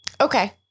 Okay